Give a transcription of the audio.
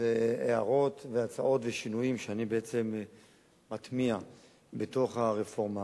והערות והצעות ושינויים שאני בעצם מטמיע בתוך הרפורמה.